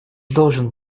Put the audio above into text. должен